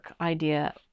idea